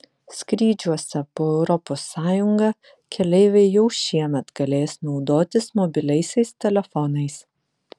skrydžiuose po europos sąjungą keleiviai jau šiemet galės naudotis mobiliaisiais telefonais